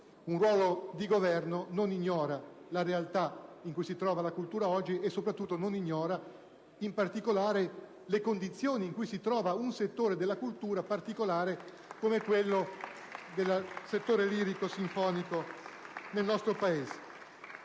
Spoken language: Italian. Un ruolo di governo non ignora la realtà in cui si trova la cultura oggi, e soprattutto non ignora, in particolare, le condizioni in cui si trova un settore della cultura particolare come quello lirico-sinfonico nel nostro Paese.